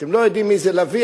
אתם לא יודעים מי זה לביא.